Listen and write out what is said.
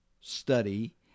study